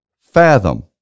Fathom